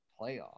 playoff